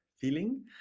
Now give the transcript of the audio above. feeling